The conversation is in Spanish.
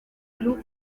club